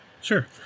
Sure